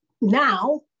now